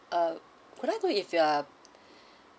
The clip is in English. ah could I know if you're